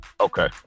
Okay